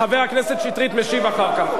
חבר הכנסת שטרית משיב אחר כך.